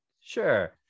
Sure